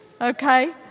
okay